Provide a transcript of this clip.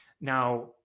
now